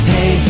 Hey